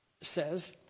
says